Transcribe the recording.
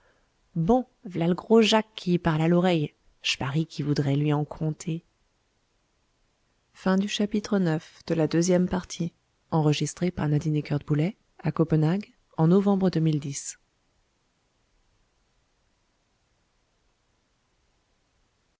bon v'là le gros jacques qui y parle à l'oreille j'parie qu'y voudrait lui en conter